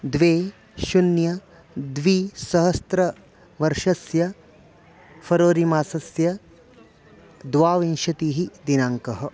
द्वे शून्यं द्विसहस्रतमवर्षस्य फ़र्वरिमासस्य द्वाविंशतिः दिनाङ्कः